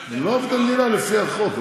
הם לא עובדי מדינה לפי החוק.